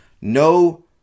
No